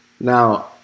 Now